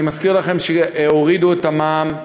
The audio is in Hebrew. אני מזכיר לכם שהעלו את המע"מ ב-1%.